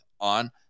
on